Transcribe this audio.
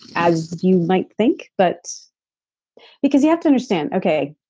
as you might think, but because you have to understand, okay,